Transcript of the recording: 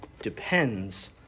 depends